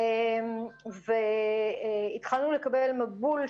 אם אני עושה מתמטיקה נכונה, 56 מיליון